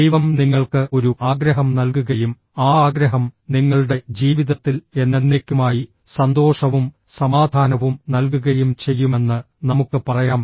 ദൈവം നിങ്ങൾക്ക് ഒരു ആഗ്രഹം നൽകുകയും ആ ആഗ്രഹം നിങ്ങളുടെ ജീവിതത്തിൽ എന്നെന്നേക്കുമായി സന്തോഷവും സമാധാനവും നൽകുകയും ചെയ്യുമെന്ന് നമുക്ക് പറയാം